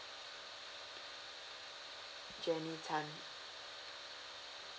jenny tan